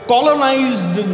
colonized